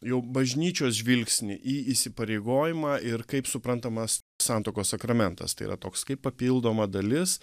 jau bažnyčios žvilgsnį į įsipareigojimą ir kaip suprantamas santuokos sakramentas tai yra toks kaip papildoma dalis